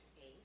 Eight